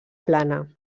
plana